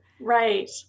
Right